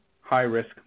high-risk